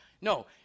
No